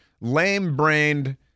lame-brained